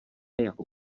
jako